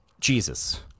Jesus